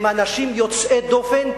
הם אנשים יוצאי דופן,